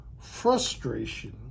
frustration